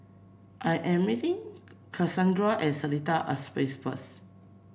I am meeting Kassandra Seletar Aerospace first